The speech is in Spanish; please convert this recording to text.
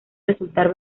resultar